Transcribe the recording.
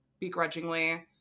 begrudgingly